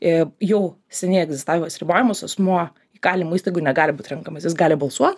jau seniai egzistavimas ribojamas asmuo įkalinimo įstaigoj negali būt renkamas jis gali balsuot